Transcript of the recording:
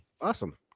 awesome